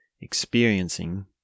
experiencing